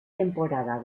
temporada